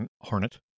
hornet